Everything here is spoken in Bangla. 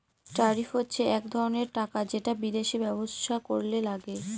ট্যারিফ হচ্ছে এক ধরনের টাকা যেটা বিদেশে ব্যবসা করলে লাগে